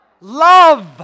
love